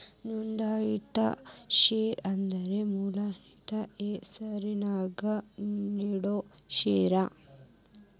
ನೋಂದಾಯಿತ ಷೇರ ಅಂದ್ರ ಮಾಲಕ್ರ ಹೆಸರ್ನ್ಯಾಗ ನೇಡೋ ಷೇರ